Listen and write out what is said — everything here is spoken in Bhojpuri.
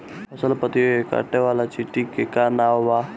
फसल पतियो के काटे वाले चिटि के का नाव बा?